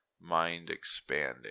mind-expanding